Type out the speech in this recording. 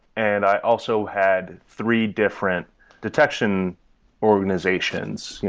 and i also had three different detection organizations, yeah